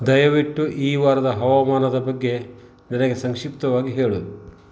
ದಯವಿಟ್ಟು ಈ ವಾರದ ಹವಾಮಾನದ ಬಗ್ಗೆ ನನಗೆ ಸಂಕ್ಷಿಪ್ತವಾಗಿ ಹೇಳು